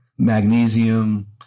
Magnesium